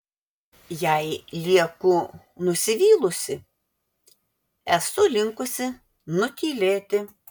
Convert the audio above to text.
jei lieku nusivylusi esu linkusi nutylėti